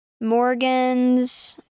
Morgan's